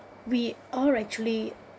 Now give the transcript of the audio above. we are actually